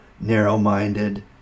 narrow-minded